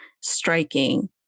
striking